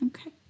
Okay